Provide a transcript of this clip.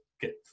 get